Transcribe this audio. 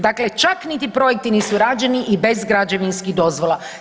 Dakle, čak niti projekti nisu rađeni i bez građevinskih dozvola.